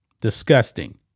Disgusting